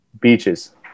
Beaches